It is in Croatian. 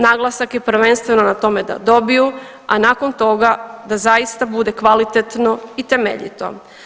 Naglasak je prvenstveno na tome da dobiju, a nakon toga da zaista bude kvalitetno i temeljito.